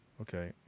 Okay